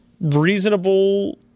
reasonable